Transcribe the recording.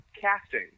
casting